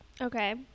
okay